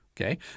okay